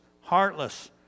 heartless